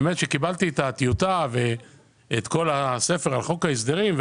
קיבלתי את הטיוטה ואת כל הספר על חוק ההסדרים,